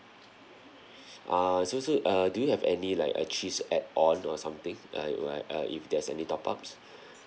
ah so so err do you have any like uh cheese add on or something like like uh if there's any top ups